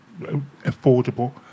affordable